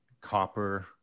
copper